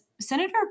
Senator